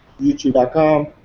youtube.com